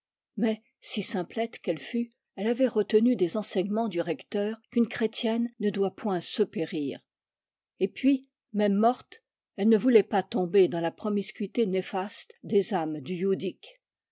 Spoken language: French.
mais si simplette qu'elle fût elle avait retenu des enseignements du recteur qu'une chrétienne ne doit point se périr et puis même morte elle ne voulait pas tomber dans la promiscuité néfaste des âmes du